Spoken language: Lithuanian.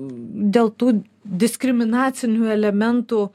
dėl tų diskriminacinių elementų